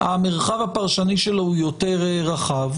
המרחב הפרשני שלו הוא יותר רחב,